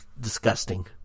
disgusting